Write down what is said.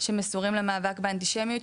שמסורים למאבק באנטישמיות,